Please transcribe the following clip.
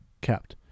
kept